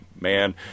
man